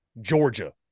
Georgia